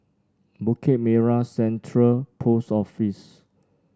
Bukit Merah Central Post Office